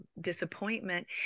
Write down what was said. disappointment